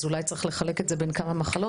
אז אולי צריך לחלק את זה בין כמה מחלות,